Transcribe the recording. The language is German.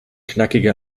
knackige